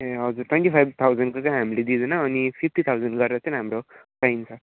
ए हजुर twenty five थाउजेन्डको चाहिँ हामीले दिँदैनौँ अनि फिफ्टी थाउजेन्ड गरेर चाहिँ हाम्रो पाइन्छ